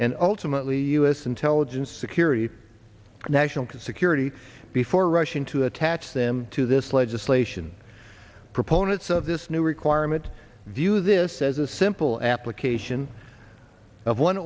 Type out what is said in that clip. and ultimately u s intelligence security and national security before rushing to attach them to this legislation proponents of this new requirement view this as a simple application of one